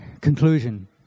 conclusion